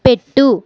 పెట్టు